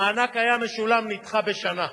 המענק היה נדחה בשנה,